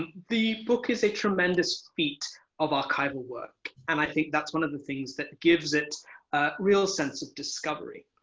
the book is a tremendous feat of archival work. and i think that's one of the things that gives it a a real sense of discovery.